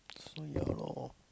so ya lor